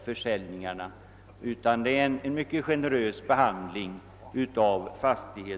Fastighetsägarna röner således en mycket generös behandling i detta avseende.